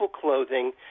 clothing